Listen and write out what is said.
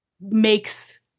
makes